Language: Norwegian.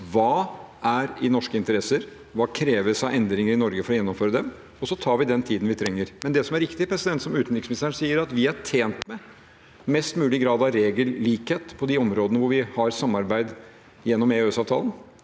som er i norske interesser, og hva som kreves av endringer i Norge for å gjennomføre dem, og så tar vi den tiden vi trenger. Det som er riktig, er, som utenriksministeren sier, at vi er tjent med mest mulig grad av regellikhet på de om rådene hvor vi har samarbeid gjennom EØS-avtalen.